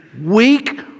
weak